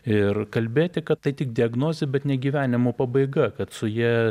ir kalbėti kad tai tik diagnozė bet ne gyvenimo pabaiga kad su ja